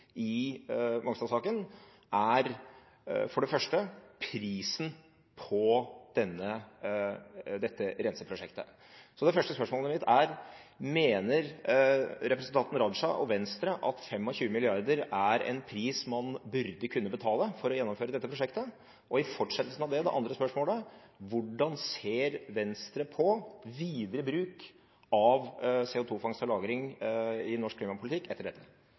Mongstad-saken – er for det første prisen på dette renseprosjektet. Så det første spørsmålet mitt er: Mener representanten Raja og Venstre at 25 mrd. kr er en pris man burde kunne betale for å gjennomføre dette prosjektet? Og i fortsettelsen av det, det andre spørsmålet: Hvordan ser Venstre på videre bruk av CO2-fangst og -lagring i norsk klimapolitikk etter dette?